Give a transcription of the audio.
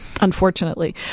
Unfortunately